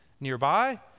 nearby